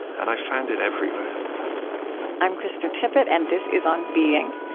and i found it everywhere i'm krista tippett, and this is on being.